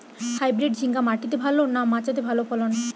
Hybrid ঝিঙ্গা মাটিতে ভালো না মাচাতে ভালো ফলন?